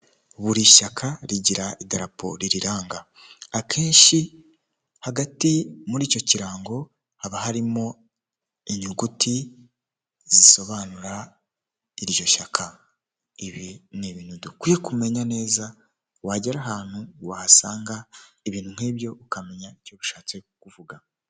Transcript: Buri shyaka rigira idarapo ririranga, akenshi hagati muri icyo kirango haba harimo inyuguti zisobanura iryo shyaka, ibi ni ibintu dukwiye kumenya neza, wagera ahantu wahasanga ibintu nk'ibyo ukamenya icyo bishatse kuvuga.